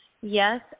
yes